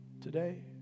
Today